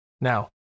Now